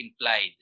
implied